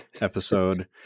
episode